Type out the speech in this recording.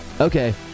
Okay